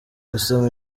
gusoma